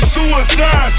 Suicide